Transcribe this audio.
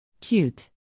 Cute